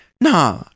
nah